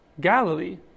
Galilee